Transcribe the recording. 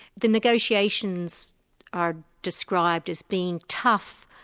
the negotiations are described as being tough,